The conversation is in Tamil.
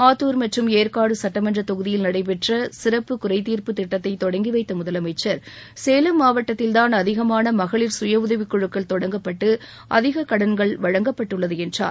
ஆத்தூர் மற்றும் ஏற்காடு சுட்டமன்ற தொகுதியில் நடைபெற்ற சிறப்பு குறைத்தீர்ப்பு திட்டத்தை தொடங்கி வைத்த முதலமைச்சா் சேலம் மாவட்டத்தில்தான் அதிகமான மகளிர் சுயஉதவிக் குழுக்கள் தொடங்கப்பட்டு அதிக கடன்கள் வழங்கப்பட்டுள்ளது என்றார்